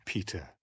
Peter